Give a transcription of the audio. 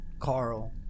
Carl